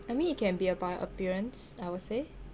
I mean it can be about an appearance I would say